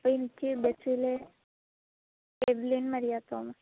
ഇപ്പോൾ എനിക്ക് ബസ്സിൽ എവ്ലിൻ മരിയ തോമസ്